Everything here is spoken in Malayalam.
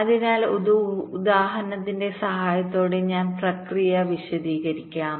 അതിനാൽ ഒരു ഉദാഹരണത്തിന്റെ സഹായത്തോടെ ഞാൻ പ്രക്രിയ വിശദീകരിക്കും